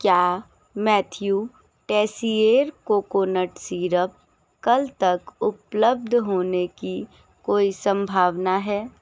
क्या Mathieu Teisseire coconut syrup कल तक उपलब्ध होने की कोई सम्भावना है